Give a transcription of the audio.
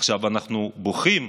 עכשיו אנחנו בוכים,